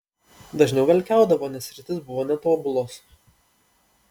dažniau velkiaudavo nes ritės buvo netobulos